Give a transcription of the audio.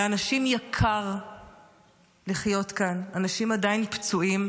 לאנשים יקר לחיות כאן, אנשים עדיין פצועים,